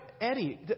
Eddie